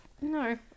No